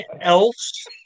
else